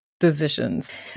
Decisions